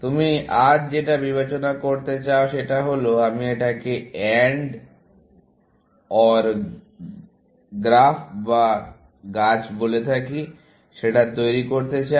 তুমি আজ যেটা বিবেচনা করতে চাও সেটা হলো আমি এটাকে এন্ড ওর গ্রাফ বা গাছ বলে থাকি সেটা তৈরী করতে চাই